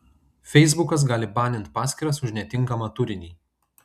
feisbukas gali banint paskyras už netinkamą turinį